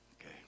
Okay